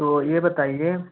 तो ये बताइए